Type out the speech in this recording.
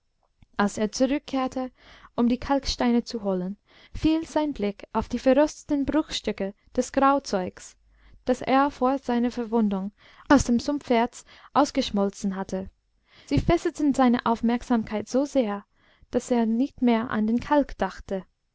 als er zurückkehrte um die kalksteine zu holen fiel sein blick auf die verrosteten bruchstücke des grauzeugs das er vor seiner verwundung aus dem sumpferz ausgeschmolzen hatte sie fesselten seine aufmerksamkeit so sehr daß er nicht mehr an den kalk dachte